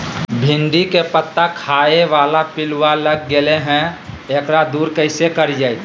भिंडी के पत्ता खाए बाला पिलुवा लग गेलै हैं, एकरा दूर कैसे करियय?